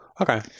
Okay